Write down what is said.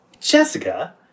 Jessica